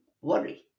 worry